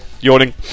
yawning